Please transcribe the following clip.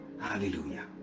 Hallelujah